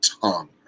tongue